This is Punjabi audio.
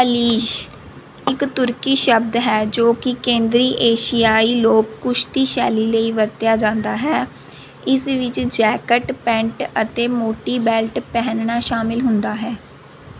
ਅਲੀਸ਼ ਇੱਕ ਤੁਰਕੀ ਸ਼ਬਦ ਹੈ ਜੋ ਕਿ ਕੇਂਦਰੀ ਏਸ਼ੀਆਈ ਲੋਕ ਕੁਸ਼ਤੀ ਸ਼ੈਲੀ ਲਈ ਵਰਤਿਆ ਜਾਂਦਾ ਹੈ ਇਸ ਵਿੱਚ ਜੈਕਟ ਪੈਂਟ ਅਤੇ ਮੋਟੀ ਬੈਲਟ ਪਹਿਨਣਾ ਸ਼ਾਮਲ ਹੁੰਦਾ ਹੈ